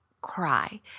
cry